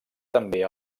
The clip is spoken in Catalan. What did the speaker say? també